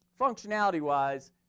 functionality-wise